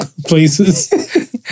places